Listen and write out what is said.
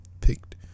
picked